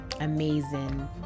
amazing